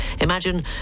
Imagine